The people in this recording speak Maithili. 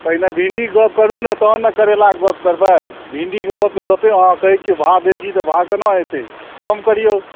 पहिने भिन्डीके गप करू ने तहन ने करेलाके गप करबै भिन्डीके बहुत गपे अहाँ कहै छिए भाव बेसी तऽ भाव कोना हेतै कम करिऔ